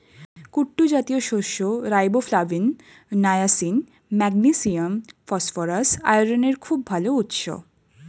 কুট্টু জাতীয় শস্য riboflavin, niacin, magnesium, phosphorus, আয়রনের খুব ভাল উৎস